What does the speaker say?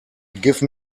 give